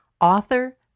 author